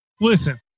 Listen